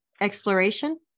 Exploration